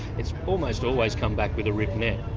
it's almost always come back with a ripped net.